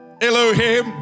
Elohim